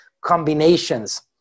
combinations